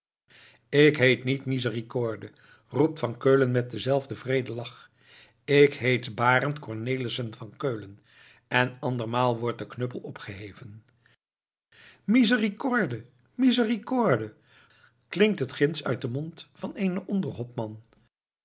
ik heet niet misericorde roept van keulen met denzelfden wreeden lach ik heet barend cornelissen van keulen en andermaal wordt de knuppel opgeheven misericorde misericorde klinkt het ginds uit den mond van eenen onder hopman